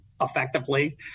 effectively